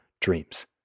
dreams